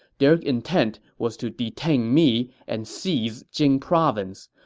their intent was to detain me and seize jing province.